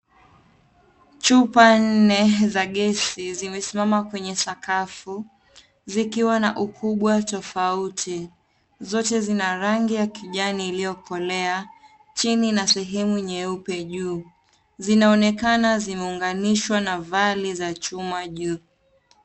Chupa nne za gesi zimesimama kwenye sakafu zikiwa na ukubwa tofauti. Zote zina rangi ya kijani iliyo kolea chini na sehemu nyeupe juu. Zinaonekana zimeunganishwa na vali za chuma juu.